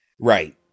right